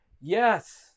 Yes